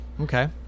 okay